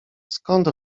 skąd